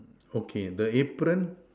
okay the apron